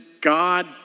God